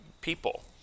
people